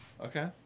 Okay